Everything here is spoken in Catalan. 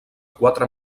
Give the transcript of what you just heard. quatre